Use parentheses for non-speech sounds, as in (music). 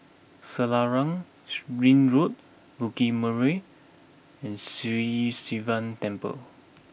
Selarang (noise) Ring Road Bukit Purmei and Sri Sivan Temple